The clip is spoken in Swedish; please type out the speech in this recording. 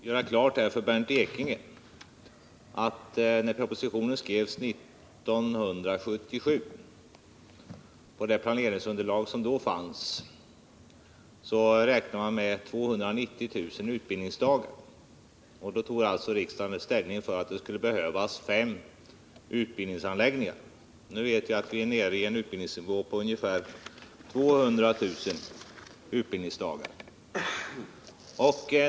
Herr talman! Jag vill klargöra för Bernt Ekinge att man år 1977, när propositionen skrevs på det planeringsunderlag som då fanns, räknade med 290 000 utbildningsdagar. Då tog riksdagen alltså ställning för att det skulle bli fem utbildningsanläggningar, men nu vet vi att utbildningsnivån är nere vid ungefär 200 000 utbildningsdagar.